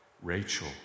Rachel